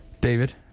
David